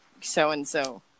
so-and-so